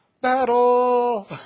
battle